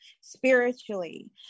spiritually